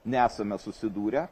nesame susidūrę